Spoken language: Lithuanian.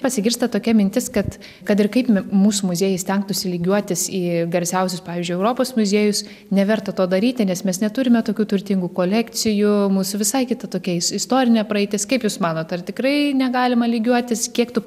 pasigirsta tokia mintis kad kad ir kaip mūsų muziejai stengtųsi lygiuotis į garsiausius pavyzdžiui europos muziejus neverta to daryti nes mes neturime tokių turtingų kolekcijų mūsų visai kita tokia istorinė praeitis kaip jūs manot ar tikrai negalima lygiuotis kiek tų